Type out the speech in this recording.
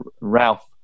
Ralph